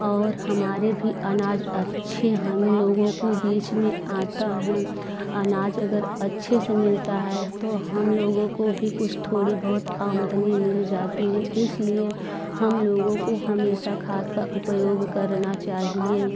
और हमारे भी अनाज अच्छे हम लोगों को बीज में आता हैं अनाज अगर अच्छे से मिलता है तो हम लोगों को भी कुछ थोड़ी बहुत आमदनी मिल जाती हैं इसलिए हम लोगों को हमेशा खाद का उपयोग करना चाहिए